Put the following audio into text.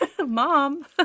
mom